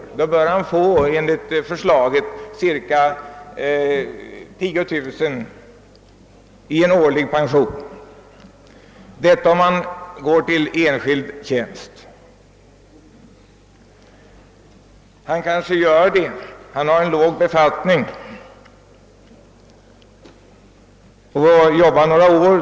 Enligt det föreliggande förslaget bör han kunna få cirka 10 000 kronor i årlig pension. Detta gäller alltså om han går till enskild tjänst. Han kanske gör detta och har måhända en lägre befattning under några år.